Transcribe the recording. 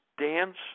dance